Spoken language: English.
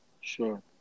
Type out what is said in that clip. Sure